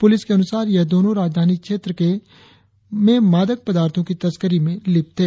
प्रलिस के अनुसार यह दोनों राजधानी क्षेत्र में मादक पदार्थों की तस्करी में लिप्त थे